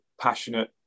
passionate